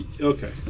Okay